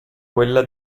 quella